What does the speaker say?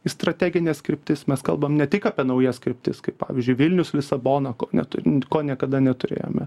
į strategines kryptis mes kalbam ne tik apie naujas kryptis kaip pavyzdžiui vilnius lisabona ko neturim ko niekada neturėjome